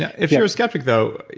yeah if you're a skeptic though,